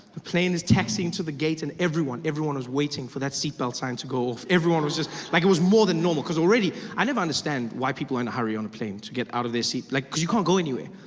the plane is taxing to the gate, and everyone, everyone was waiting for that seat belt sign to go off. everyone was just, like it was more than normal cause already i never understand why people are in a hurry on a plane, to get out of their seat. like because you can't go anywhere.